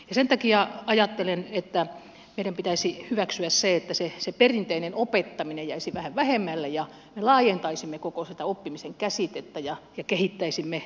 sen takia ajattelen että meidän pitäisi hyväksyä se että se perinteinen opettaminen jäisi vähän vähemmälle ja me laajentaisimme koko tätä oppimisen käsitettä ja kehittäisimme sitä